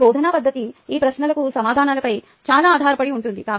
నా బోధనా పద్దతి ఈ ప్రశ్నలకు సమాధానాలపై చాలా ఆధారపడి ఉంటుంది